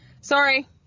Sorry